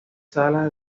sala